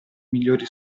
migliori